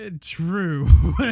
True